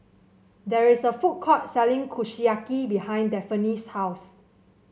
there is a food court selling Kushiyaki behind Daphne's house